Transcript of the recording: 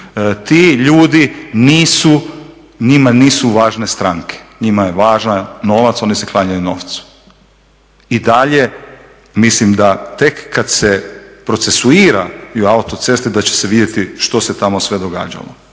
Ti ljudi nisu, njima nisu važne stranke njima je važan novac, oni se klanjaju novcu. I dalje mislim da tek kad se procesuiraju autoceste da će se vidjeti što se tamo sve događalo.